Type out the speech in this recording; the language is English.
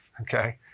okay